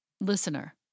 Listener